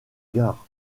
gard